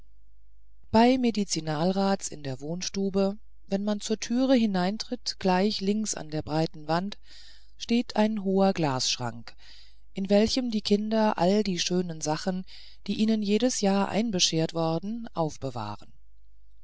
bei medizinalrats in der wohnstube wenn man zur türe hineintritt gleich links an der breiten wand steht ein hoher glasschrank in welchem die kinder all die schönen sachen die ihnen jedes jahr einbeschert worden aufbewahren